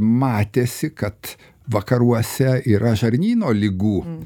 matėsi kad vakaruose yra žarnyno ligų